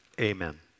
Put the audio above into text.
amen